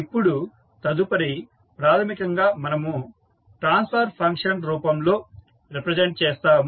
ఇప్పుడు తదుపరి ప్రాథమికంగా మనము ట్రాన్స్ఫర్ ఫంక్షన్ రూపంలో రిప్రజెంట్ చేస్తాము